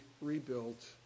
rebuilt